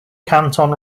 canton